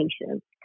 patients